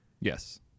Yes